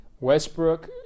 Westbrook